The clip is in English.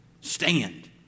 Stand